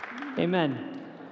Amen